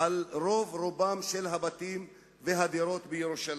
על רוב רובם של הבתים והדירות בירושלים.